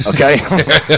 okay